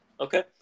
Okay